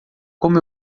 como